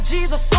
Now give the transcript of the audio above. Jesus